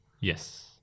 Yes